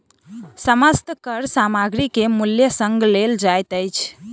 समस्त कर सामग्री के मूल्य संग लेल जाइत अछि